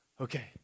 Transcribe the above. okay